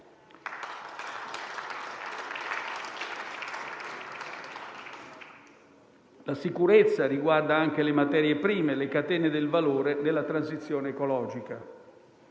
La sicurezza riguarda anche le materie prime e le catene del valore della transizione ecologica.